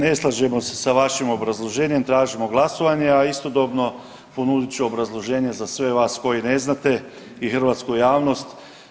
Ne slažemo se sa vašim obrazloženjem, tražimo glasovanje, a istodobno, ponudit ću obrazloženje za sve vas koji ne znate i hrvatsku javnost.